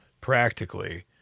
practically